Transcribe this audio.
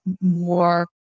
more